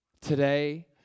today